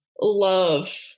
love